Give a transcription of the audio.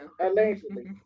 allegedly